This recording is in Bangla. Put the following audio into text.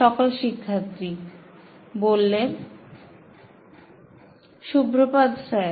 সকল শিক্ষার্থী সুপ্রভাত স্যার